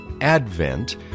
Advent